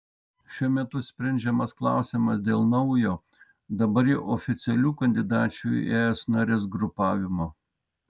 šiuo metu sprendžiamas klausimas dėl naujo dabar jau oficialių kandidačių į es nares grupavimo